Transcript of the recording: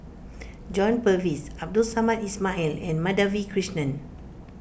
John Purvis Abdul Samad Ismail and Madhavi Krishnan